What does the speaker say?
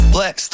Flex